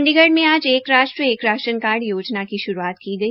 चंडीगढ़ में आज एक राष्ट्र एक राशन कार्ड योजना की श्रूआत की गई